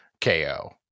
KO